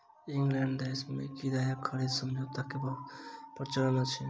England देश में किराया खरीद समझौता के बहुत प्रचलन अछि